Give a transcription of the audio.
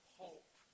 hope